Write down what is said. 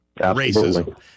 racism